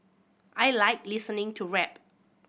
I like listening to rap